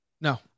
No